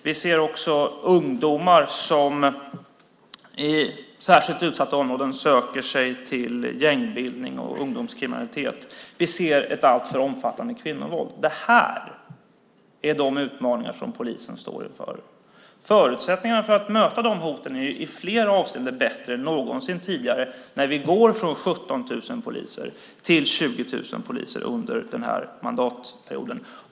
Vi ser också att ungdomar i särskilt utsatta områden söker sig till gängbildning och ungdomskriminalitet. Dessutom ser vi ett alltför omfattande kvinnovåld. Det här är de utmaningar som polisen står inför. Förutsättningarna för att möta de här hoten är i flera avseenden nu bättre än någonsin tidigare. Vi går ju från 17 000 poliser till 20 000 poliser under denna mandatperiod.